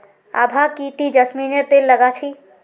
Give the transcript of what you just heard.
आभा की ती जैस्मिनेर तेल लगा छि